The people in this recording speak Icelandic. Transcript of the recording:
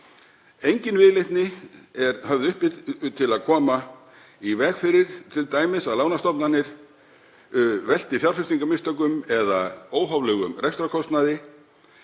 Engin viðleitni er höfð uppi til að koma t.d. í veg fyrir að lánastofnanir velti fjárfestingarmistökum eða óhóflegum rekstrarkostnaði